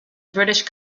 british